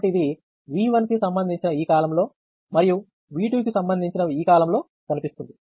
కాబట్టి ఇది V1 కి సంబంధించిన ఈ కాలమ్లో మరియు V2 కి సంబంధించిన ఈ కాలమ్లో కనిపిస్తుంది